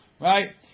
right